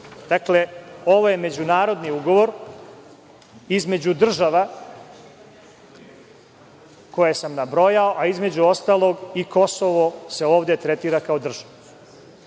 Dakle, ovo je međunarodni ugovor između država koje sam nabrojao, a između ostalog i Kosovo se ovde tretira kao država. Vaše